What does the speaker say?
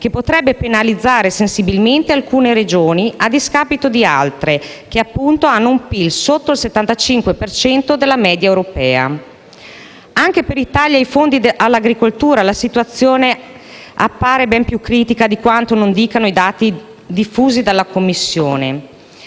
che potrebbe penalizzare sensibilmente alcune Regioni a discapito di altre che, appunto, hanno un PIL sotto il 75 per cento della media europea. Anche per i tagli ai fondi per l'agricoltura la situazione appare ben più critica di quanto non dicano i dati diffusi dalla Commissione.